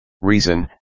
reason